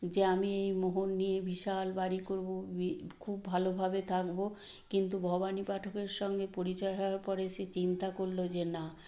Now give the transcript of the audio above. যে আমি এই মোহর নিয়ে বিশাল বাড়ি করব বি খুব ভালোভাবে থাকব কিন্তু ভবানী পাঠকের সঙ্গে পরিচয় হওয়ার পরে সে চিন্তা করলো যে না